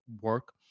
work